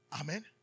Amen